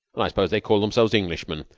and i suppose they call themselves englishmen.